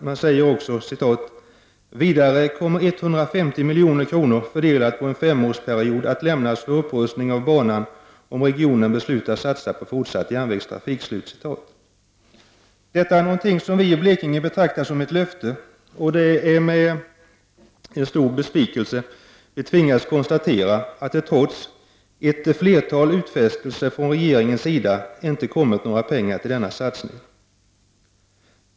Man säger också: ”Vidare kommer 150 milj.kr. fördelat på en femårsperiod att lämnas för upprustning av banan om regionen beslutar satsa på fortsatt järnvägstrafik.” Detta är något som vi i Blekinge betraktar som ett löfte, och det är med stor besvikelse som vi tvingas konstatera att det trots ett flertal utfästelser från regeringens sida inte har kommit några pengar till denna satsning.